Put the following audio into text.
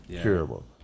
curable